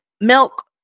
milk